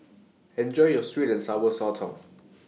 Enjoy your Sweet and Sour Sotong